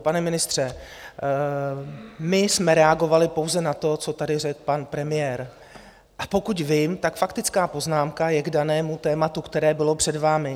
Pane ministře, my jsme reagovali pouze na to, co tady řekl pan premiér, a pokud vím, faktická poznámka je k danému tématu, které bylo před vámi.